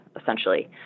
essentially